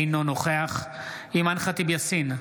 אינו נוכח אימאן ח'טיב יאסין,